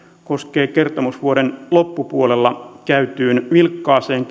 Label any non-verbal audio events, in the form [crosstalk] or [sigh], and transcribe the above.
koskee kertomusvuoden loppupuolella käytyyn vilkkaaseen [unintelligible]